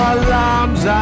alarms